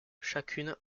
chacune